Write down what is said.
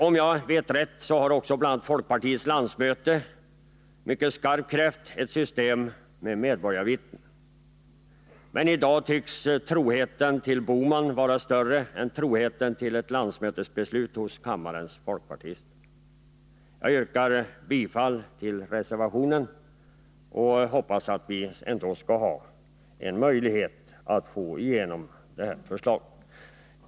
Om jag minns rätt har också bl.a. folkpartiets landsmöte mycket skarpt krävt ett system med medborgarvittnen. Men i dag tycks troheten till Bohman vara större än troheten till ett landsmötesbeslut hos kammarens folkpartister. Jag yrkar bifall till reservationen och hoppas att vi ändå skall ha en möjlighet att få igenom detta förslag.